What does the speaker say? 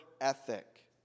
ethic